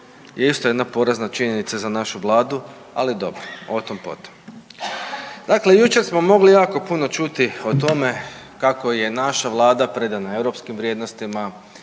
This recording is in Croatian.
i isto jedna porazna činjenica za našu vladu, ali dobro o tom potom. Dakle, jučer smo mogli jako puno čuti o tome kako je naša vlada predana europskim vrijednostima,